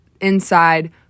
inside